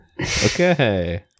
Okay